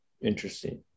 Interesting